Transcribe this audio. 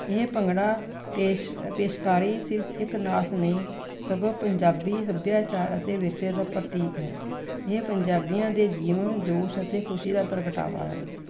ਇਹ ਭੰਗੜਾ ਪੇਸ਼ ਪੇਸ਼ਕਾਰੀ ਸਿਰਫ ਇੱਕ ਨਾਚ ਨਹੀਂ ਸਗੋਂ ਪੰਜਾਬੀ ਸੱਭਿਆਚਾਰ ਅਤੇ ਵਿਰਸੇ ਦਾ ਪ੍ਰਤੀਕ ਹੈ ਇਹ ਪੰਜਾਬੀਆਂ ਦੇ ਜੀਵਨ ਜੋਸ਼ ਅਤੇ ਖੁਸ਼ੀ ਦਾ ਪ੍ਰਗਟਾਵਾ ਹੈ